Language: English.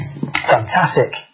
Fantastic